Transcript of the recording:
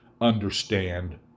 understand